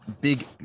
big